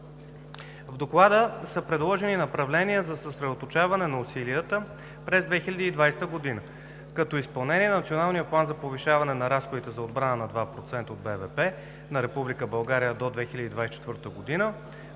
В Доклада са предложени направления за съсредоточаването на усилията през 2020 г., като: изпълнение на Националния план за повишаване на разходите за отбрана на 2% от БВП на Република